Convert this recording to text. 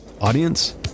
audience